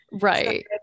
Right